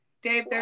Dave